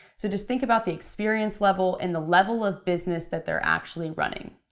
so just think about the experience level and the level of business that they're actually running.